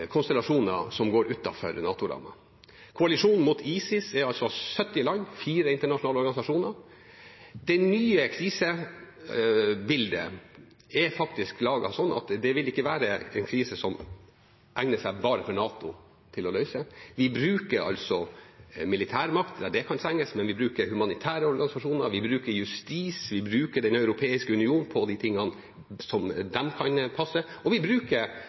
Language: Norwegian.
konstellasjoner som går utenfor NATO-landene. Koalisjonen mot ISIS består av 70 land og fire internasjonale organisasjoner. Det nye krisebildet er faktisk sånn at det vil være kriser som ikke egner seg for bare NATO å løse. Vi bruker militærmakt der det kan trengs, men vi bruker humanitære organisasjoner, vi bruker justis, vi bruker Den europeiske union der det kan passe, og vi bruker